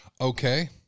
Okay